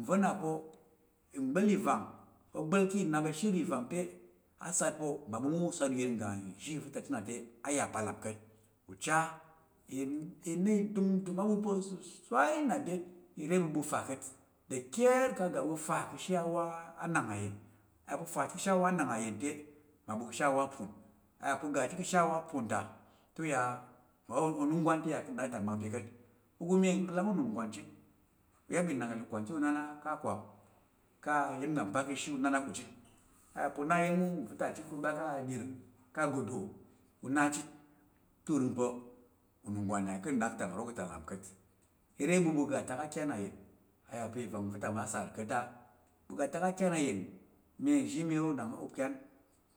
Nva̱ nna pa̱ mgbal ivang gbal ki̱ nnap ashiri vangte, a ʒat pa̱ mmaɓu ma u ʒat uyen uga nzhi chit na byet nya a ya’ pa lop kat, uchar i na idun dum ə́ɓu pa̱ suswai na byet, re ɓu ɓu fu ka̱t, da kir kang ga ɓu fa ka̱ ashe awo an’ang á yeh. A. y apa̱ u fa chit ka̱ ashe awo ánáng á yen te, mmaɓu ka̱ ashe awo ápon, a yá pa̱ u ga chit ka̱ ashe ontate u ya, mmawo onungywangte yá ka̱ ndaktak mak p’e ka̱t, u gu u mye nkalang únunggwong chit, u yáp ináng ilukwən nana kạ chit a yə pa̱ u na iya̱n uva̱ta chit kang uɓa wang yə ka̱ ndaktau nro ka̱ ta lap ka̱t. Ire ɓu ɓu ga atak akan a’yan, ayə pa̱, ivang va̱ta mma sar ka̱t ə. Bu mye nzhi mye u’kgan,